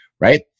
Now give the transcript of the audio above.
right